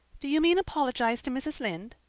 do you mean apologize to mrs. lynde?